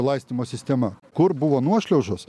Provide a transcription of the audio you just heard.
laistymo sistema kur buvo nuošliaužos